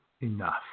enough